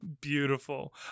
Beautiful